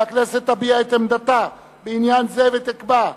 והכנסת תביע את עמדתה בעניין זה ותקבע.